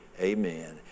Amen